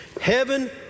Heaven